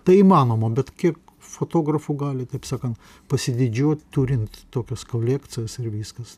tai įmanoma bet kiek fotografų gali taip sakant pasididžiuot turint tokias kolekcijas ir viskas